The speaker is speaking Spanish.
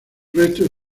restos